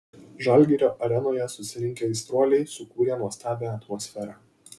žalgirio arenoje susirinkę aistruoliai sukūrė nuostabią atmosferą